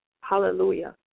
Hallelujah